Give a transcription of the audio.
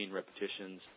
repetitions